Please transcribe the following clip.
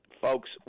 folks